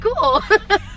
Cool